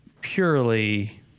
Purely